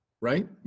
right